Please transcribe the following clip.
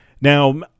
Now